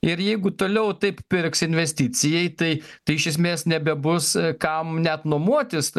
ir jeigu toliau taip pirks investicijai tai tai iš esmės nebebus kam net nuomotis